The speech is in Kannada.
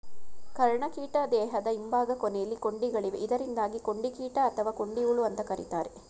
ಕರ್ಣಕೀಟ ದೇಹದ ಹಿಂಭಾಗ ಕೊನೆಲಿ ಕೊಂಡಿಗಳಿವೆ ಇದರಿಂದಾಗಿ ಕೊಂಡಿಕೀಟ ಅಥವಾ ಕೊಂಡಿಹುಳು ಅಂತ ಕರೀತಾರೆ